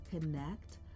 Connect